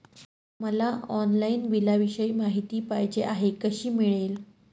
मला ऑनलाईन बिलाविषयी माहिती पाहिजे आहे, कशी मिळेल?